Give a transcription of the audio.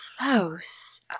close